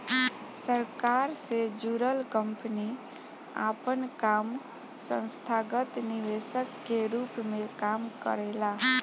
सरकार से जुड़ल कंपनी आपन काम संस्थागत निवेशक के रूप में काम करेला